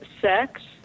sex